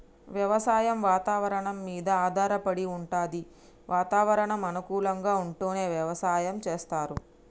వ్యవసాయం వాతవరణం మీద ఆధారపడి వుంటది వాతావరణం అనుకూలంగా ఉంటేనే వ్యవసాయం చేస్తరు